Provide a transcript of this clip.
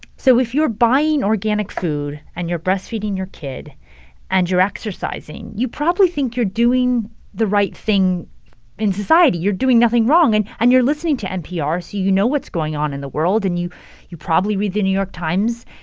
so if you're buying organic food and you're breastfeeding your kid and you're exercising, you probably think you're doing the right thing in society, you're doing nothing wrong. and and you're listening to npr, so you know what's going on in the world, and you you probably read the new york times,